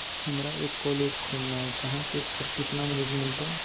हमरा एक कॉलेज खोलना है, कहा से और कितना मदद मिलतैय?